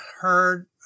heard